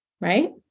right